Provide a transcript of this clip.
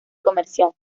comercial